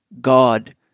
God